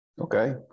Okay